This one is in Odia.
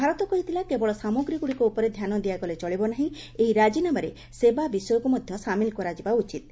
ଭାରତ କହିଥିଲା କେବଳ ସାମଗ୍ରୀଗୁଡ଼ିକ ଉପରେ ଧ୍ୟାନ ଦିଆଗଲେ ଚଳିବ ନାହିଁ ଏହି ରାଜିନାମାରେ ସେବା ବିଷୟକୁ ମଧ୍ୟ ସାମିଲ କରାଯିବା ଉଚିତ୍